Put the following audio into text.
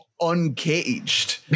uncaged